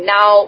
Now